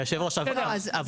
יש